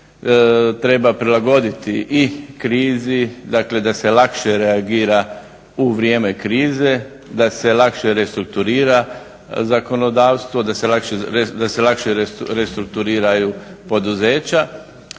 treba prilagoditi i krizi, dakle da se lakše reagira u vrijeme krize, da se lakše restrukturira zakonodavstvo, da se lakše restrukturiraju poduzeća.